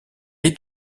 est